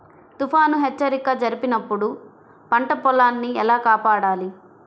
తుఫాను హెచ్చరిక జరిపినప్పుడు పంట పొలాన్ని ఎలా కాపాడాలి?